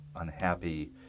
unhappy